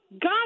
god